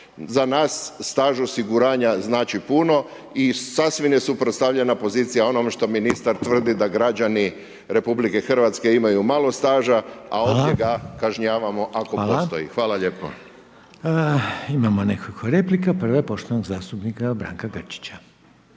Za nas staž osiguranja znači puno i sasvim je suprotstavljena pozicija onome što ministar tvrdi da građani Republike Hrvatske imaju malo staža, a ovdje ga kažnjavamo ako postoji. Hvala lijepo. **Reiner, Željko (HDZ)** Hvala. Hvala. Imamo nekoliko replika. Prva je poštovanog zastupnika Branka Grčića.